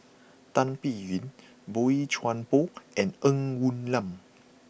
Tan Biyun Boey Chuan Poh and Ng Woon Lam